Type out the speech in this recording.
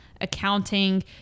accounting